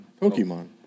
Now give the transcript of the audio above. Pokemon